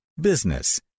business